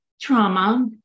trauma